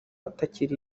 utakiri